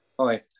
Hi